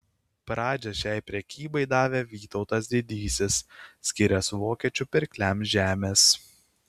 pradžią šiai prekybai davė vytautas didysis skyręs vokiečių pirkliams žemės